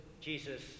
Jesus